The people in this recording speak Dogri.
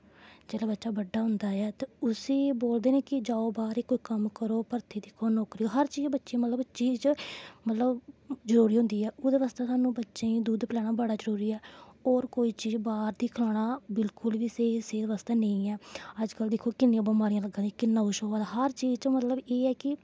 जिसलै बच्चा बड्डा होंदा ऐ ते उस्सी बोलदे न कि जाओ बाह्र कम्म करो भर्थी दिक्खो नौकरी हर चीज मतलब हर चीज जरुरी होंदी ऐ ओह्दे बास्ते सानूं बच्चें गी दुद्ध पलैना बड़ा जरूरी ऐ होर कोई चीज बाह्र दी खलाना बिल्कुल स्हेई सेह्त बास्तै नेईं ऐ अजकल्ल दिक्खो किन्नियां बमारियां लग्गा दियां किन्ना कुछ होआ दा हर चीज च एह् ऐ मतलब कि